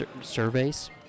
surveys